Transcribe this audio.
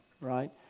Right